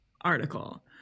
article